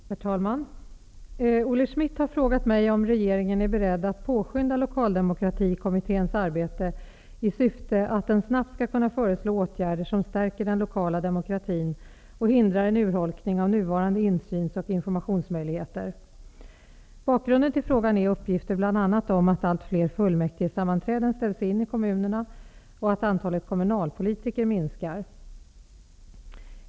Herr talman! Olle Schmidt har frågat mig om regeringen är beredd att påskynda Lokaldemokratikommitténs arbete i syfte att den snabbt skall kunna föreslå åtgärder som stärker den lokala demokratin och hindrar en urholkning av nuvarande insyns och informationsmöjligheter. Bakgrunden till frågan är uppgifter bl.a. om att allt fler fullmäktigesammanträden ställs in i kommunerna och att antalet kommunalpolitiker minskar.